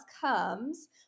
comes